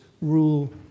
rule